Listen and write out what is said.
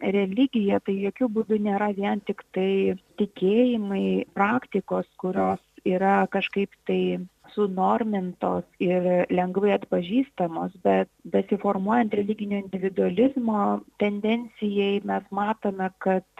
religija tai jokiu būdu nėra vien tiktai tikėjimai praktikos kurios yra kažkaip tai sunormintos ir lengvai atpažįstamos bet besiformuojant religinio individualizmo tendencijai mes matome kad